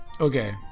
okay